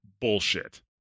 bullshit